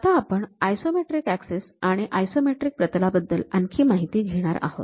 आता आपण isometric axis आणि आयसोमेट्रिक प्रतलाबद्दल आणखी माहिती घेणार आहोत